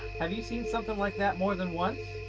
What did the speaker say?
have you seen something like that more than once?